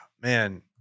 man